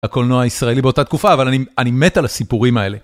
הקולנוע הישראלי באותה תקופה, אבל אני מת על הסיפורים האלה.